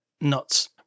nuts